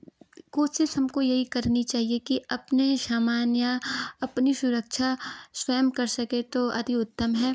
कोशिश हमको यही करनी चाहिए कि अपनी सामान्य अपनी सुरक्षा स्वयं कर सके तो अति उत्तम है